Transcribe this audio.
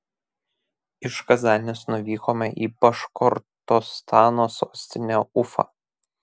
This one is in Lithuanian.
iš kazanės nuvykome į baškortostano sostinę ufą